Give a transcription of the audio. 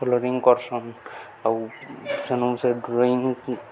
colouring କରସନ୍ ଆଉ ସେଣୁ ସେ ଡ୍ରଇଂ